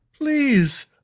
Please